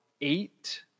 eight